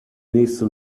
nächste